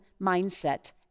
mindset